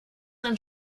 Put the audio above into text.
ein